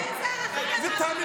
טרור,